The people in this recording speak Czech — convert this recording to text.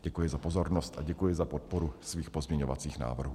Děkuji za pozornost a děkuji za podporu svých pozměňovacích návrhů.